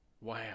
Wow